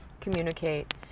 communicate